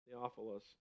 Theophilus